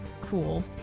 cool